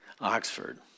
Oxford